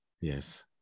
Yes